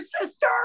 sister